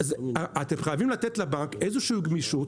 אתם חייבים לתת לבנק איזה שהיא גמישות.